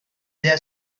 their